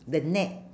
the net